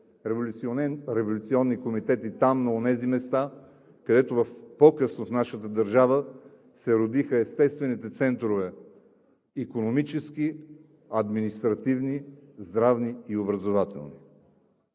революционни комитети там, на онези места, където по-късно в нашата държава се родиха естествените центрове – икономически, административни, здравни и образователни.